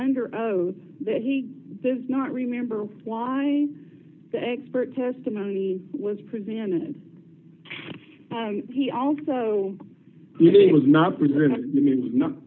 under oath that he does not remember why the expert testimony was presented he also was not